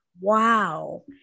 wow